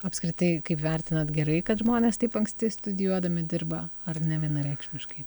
apskritai kaip vertinat gerai kad žmonės taip anksti studijuodami dirba ar nevienareikšmiškai